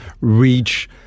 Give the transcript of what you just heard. reach